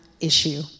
issue